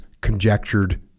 conjectured